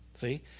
See